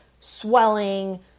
swelling